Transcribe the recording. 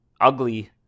ugly